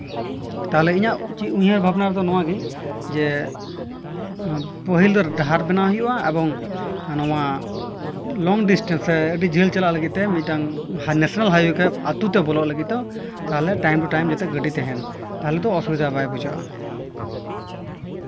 ᱛᱟᱦᱚᱞᱮ ᱤᱧᱟᱹᱜ ᱩᱭᱦᱟᱹᱨ ᱵᱷᱟᱵᱱᱟ ᱨᱮᱫᱚ ᱱᱚᱣᱟ ᱜᱮ ᱡᱮ ᱯᱟᱹᱦᱤᱞ ᱫᱚ ᱰᱟᱦᱟᱨ ᱵᱮᱱᱟᱣ ᱦᱩᱭᱩᱜᱼᱟ ᱮᱵᱚᱝ ᱱᱚᱣᱟ ᱞᱚᱝ ᱰᱤᱥᱴᱮᱱᱥ ᱥᱮ ᱟᱹᱰᱤ ᱡᱷᱟᱹᱞ ᱪᱟᱞᱟᱜ ᱞᱟᱹᱜᱤᱫ ᱛᱮ ᱢᱤᱫᱴᱟᱝ ᱱᱮᱥᱱᱮᱞ ᱦᱟᱭᱚᱭᱮ ᱟᱹᱛᱩ ᱛᱮ ᱵᱚᱞᱚᱜ ᱞᱟᱹᱜᱤᱫ ᱫᱚ ᱛᱟᱦᱚᱞᱮ ᱴᱟᱭᱤᱢ ᱴᱩ ᱴᱟᱭᱤᱢ ᱡᱟᱛᱮ ᱜᱟᱹᱰᱤ ᱛᱟᱦᱮᱱ ᱛᱟᱦᱚᱞᱮ ᱫᱚ ᱚᱥᱩᱵᱤᱫᱷᱟ ᱵᱟᱭ ᱵᱩᱡᱷᱟᱹᱜᱼᱟ